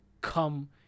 come